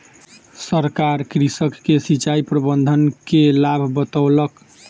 सरकार कृषक के सिचाई प्रबंधन के लाभ बतौलक